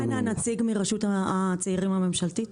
מי כאן הנציג מרשות הצעירים הממשלתית?